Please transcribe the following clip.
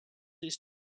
his